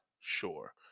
sure